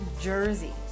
Jersey